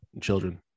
children